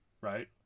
Right